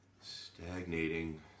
Stagnating